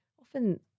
often